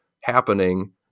happening